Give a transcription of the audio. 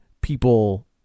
people